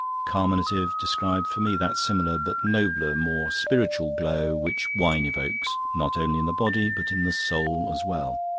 carminative described for me that similar, but nobler, more spiritual glow which wine evokes not only in the body but in the soul as well.